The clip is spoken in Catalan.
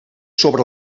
sobre